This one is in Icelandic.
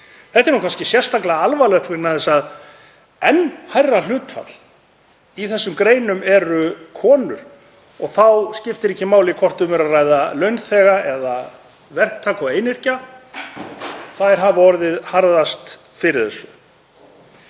Þetta er kannski sérstaklega alvarlegt vegna þess að konur eru enn hærra hlutfall í þessum greinum, og þá skiptir ekki máli hvort um er að ræða launþega eða verktaka og einyrkja, konur hafa orðið harðast fyrir þessu.